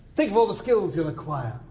think of all the skills you'll acquire!